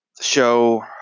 show